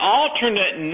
alternate